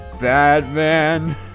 batman